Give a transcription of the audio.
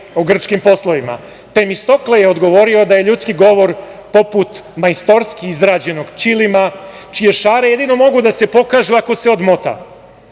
o grčkim poslovima. Temistokle je odgovorio da je ljudski govor poput majstorski izrađenog ćilima čije šare jedino mogu da se pokažu ako se odmota.